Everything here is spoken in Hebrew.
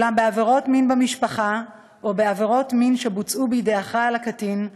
אולם בעבירות מין במשפחה או בעבירות מין שבוצעו בידי אחראי לקטין,